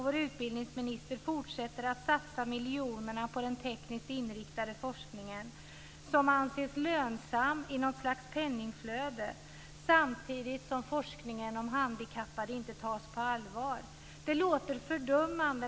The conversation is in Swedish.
Vår utbildningsminister fortsätter att satsa miljoner på den tekniskt inriktade forskningen, som anses lönsam i något slags penningflöde, samtidigt som forskningen om handikappade inte tas på allvar. Det låter fördömande.